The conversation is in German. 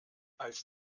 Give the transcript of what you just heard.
als